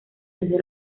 desde